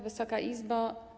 Wysoka Izbo!